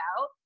out